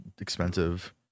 expensive